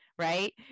right